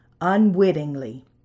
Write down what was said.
unwittingly